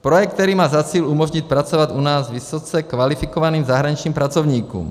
Projekt, který má za cíl umožnit pracovat u nás vysoce kvalifikovaným zahraničním pracovníkům.